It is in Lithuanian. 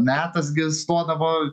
metas gi stodavo